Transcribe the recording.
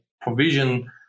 provision